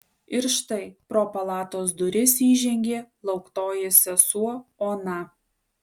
ir štai pro palatos duris įžengė lauktoji sesuo ona